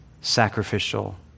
sacrificial